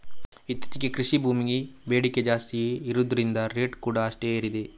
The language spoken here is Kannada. ಇತ್ತೀಚೆಗೆ ಕೃಷಿ ಭೂಮಿ ಬೇಡಿಕೆ ಜಾಸ್ತಿ ಇರುದ್ರಿಂದ ರೇಟ್ ಕೂಡಾ ಅಷ್ಟೇ ಏರಿದೆ